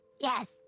Yes